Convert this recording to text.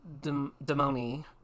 Demoni